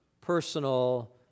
personal